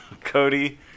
Cody